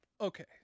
Okay